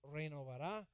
renovará